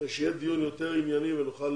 יהיה דיון יותר ענייני ונוכל